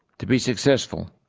to be successful,